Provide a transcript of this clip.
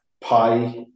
pie